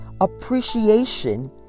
appreciation